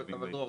דרור,